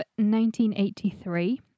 1983